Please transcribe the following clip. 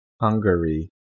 Hungary